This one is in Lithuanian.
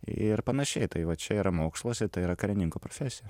ir panašiai tai va čia yra mokslas ir tai yra karininko profesija